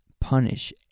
punish